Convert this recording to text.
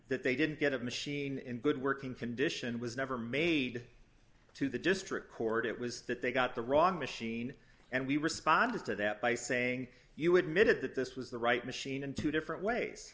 that they didn't get a machine in good working condition was never made to the district court it was that they got the wrong machine and we responded to that by saying you admitted that this was the right machine and two different ways